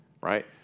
right